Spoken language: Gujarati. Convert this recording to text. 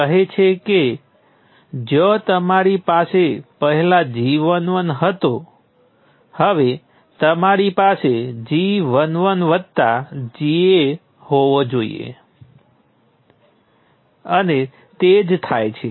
હવે જો આપણી પાસે રેઝિસ્ટર હોય અને કહી દઈએ કે મારી પાસે રેઝિસ્ટરના બંને છેડે V1 અને V2 છે